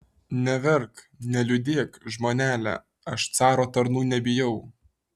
neverk neliūdėk žmonele aš caro tarnų nebijau